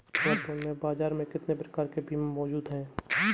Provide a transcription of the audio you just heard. वर्तमान में बाज़ार में कितने प्रकार के बीमा मौजूद हैं?